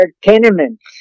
tenements